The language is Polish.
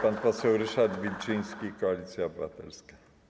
Pan poseł Ryszard Wilczyński, Koalicja Obywatelska.